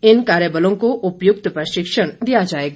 इन कार्य बलों को उपयुक्त प्रशिक्षण दिया जाएगा